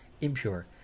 impure